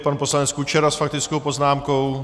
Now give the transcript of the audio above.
Pan poslanec Kučera s faktickou poznámkou.